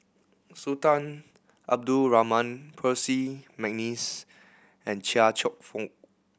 Sultan Abdul Rahman Percy McNeice and Chia Cheong Fook